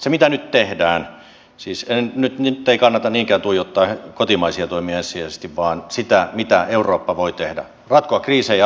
se mitä nyt tehdään siis nyt ei kannata niinkään tuijottaa kotimaisia toimia ensisijaisesti vaan sitä mitä eurooppa voi tehdä ratkoa kriisejä ja auttaa ihmisiä lähtöalueella